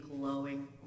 glowing